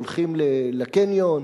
הולכים לקניון,